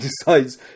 decides